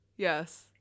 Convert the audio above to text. Yes